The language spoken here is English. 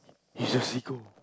he's a sicko